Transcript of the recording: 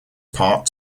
part